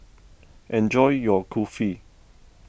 enjoy your Kulfi